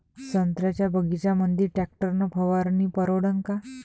संत्र्याच्या बगीच्यामंदी टॅक्टर न फवारनी परवडन का?